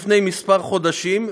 לפני כמה חודשים,